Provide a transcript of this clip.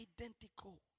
identical